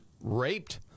raped